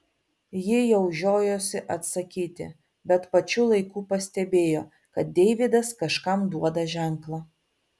ji jau žiojosi atsakyti bet pačiu laiku pastebėjo kad deividas kažkam duoda ženklą